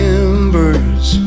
embers